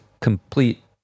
complete